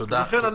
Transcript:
לכן,